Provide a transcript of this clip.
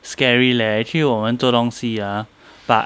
scary leh actually 我们做东西 ah but